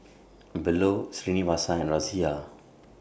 Bellur Srinivasa and Razia